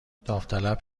داوطلب